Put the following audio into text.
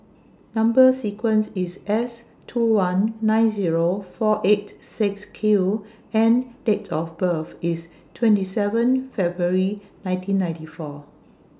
Number sequence IS S two one nine Zero four eight six Q and Date of birth IS twenty seven February nineteen ninety four